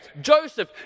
Joseph